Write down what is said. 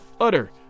utter